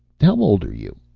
how old are you?